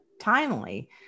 timely